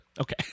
Okay